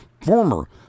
former